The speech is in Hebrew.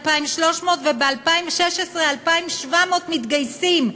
2,300 וב-2016, 2,700 מתגייסים,